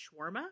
shawarma